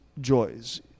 joys